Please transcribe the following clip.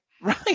Right